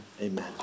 amen